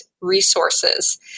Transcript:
resources